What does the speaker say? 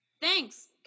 thanks